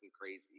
crazy